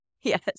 Yes